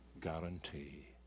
guarantee